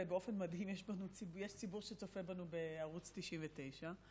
ובאופן מדהים יש ציבור שצופה בנו בערוץ 99,